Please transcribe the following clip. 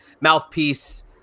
mouthpiece